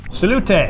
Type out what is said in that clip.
Salute